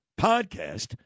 podcast